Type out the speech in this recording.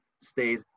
stayed